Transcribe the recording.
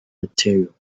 material